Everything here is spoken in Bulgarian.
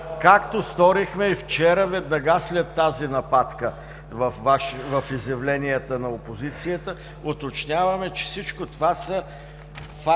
както сторихме и вчера веднага след тази нападка в изявленията на опозицията, че всичко това са факти,